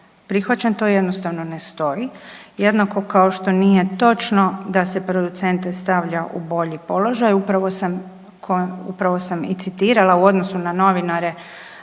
prihvaćen, to jednostavno ne stoji. Jednako kao što nije točno da se producente stavlja u bolji položaj. Upravo sam, upravo sam i citirala u odnosu na novinare